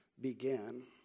began